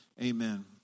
Amen